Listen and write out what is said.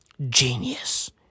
Genius